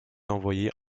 envoyé